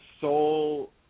sole